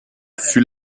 fut